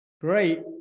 Great